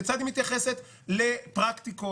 כיצד היא מתייחסת לפרקטיקות,